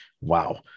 Wow